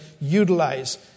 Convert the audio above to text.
utilize